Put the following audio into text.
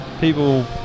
people